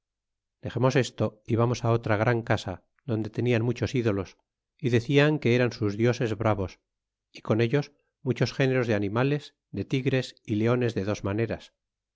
dexemos esto y vamos á otra gran casa donde tenian muchos ídolos y decian que eran sus dioses bravos y con ellos muchos géneros de animales de tigres y leones de dos maneras